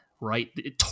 right